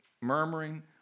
murmuring